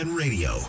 radio